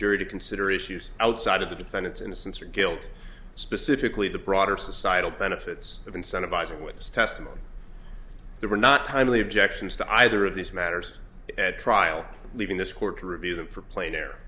jury to consider issues outside of the defendant's innocence or guilt specifically the broader societal benefits of incentivising witness testimony there were not timely objections to either of these matters at trial leaving this court to review them for playing their